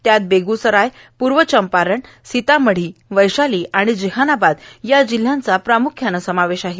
त्यात बेग्सराय पूर्व चंपारन सीता मडी वैशाली आणि जेहानाबाद या जिल्ह्यांचा प्राम्ख्यानं समावेश आहे